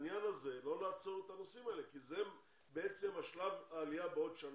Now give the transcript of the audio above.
בעניין הזה לא לעצור את הנושאים האלה כי זה שלב העלייה בעוד שנה,